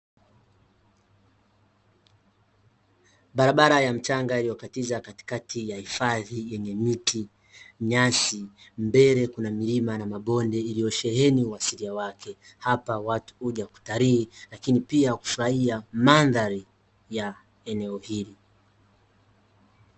Barabara ya mchanga iliyokatiza katikati ya hifadhi yenye miti, nyasi; mbele Kuna milima na mabonde iliyosheheni uasilia wake. Hapa watu huja kutalii lakini pia kufurahia mandhari ya eneo hili.